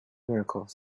miracles